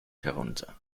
herunter